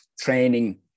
training